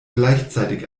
gleichzeitig